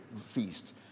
feast